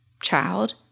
child